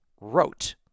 wrote